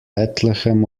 bethlehem